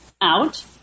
out